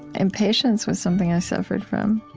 impatience was something i suffered from.